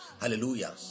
hallelujah